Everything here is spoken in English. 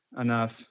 enough